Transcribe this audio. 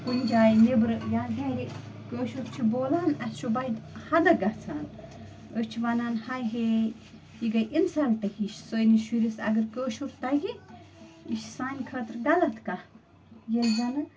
کُنہِ جاے نیٚبرٕ یا گَرِ کٲشُر چھِ بولان اَسہِ چھُ بَدِ ہتک گَژھان أسۍ چھِ وَنان ہَے ہے یہِ گٔے اِنسلٹ ہِش سٲنِس شُرِس اگر کٲشُر تَگہِ یہِ چھِ سانہِ خٲطرٕ غلط کتھ ییٚلہِ زنہٕ